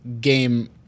game